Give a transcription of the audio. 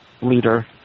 leader